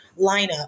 lineup